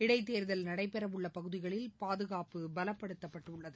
இடைத்தேர்தல் நடைபெறவுள்ளபகுதிகளில் பாதுகாப்பு பலப்படுத்தப்பட்டுள்ளது